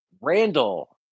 Randall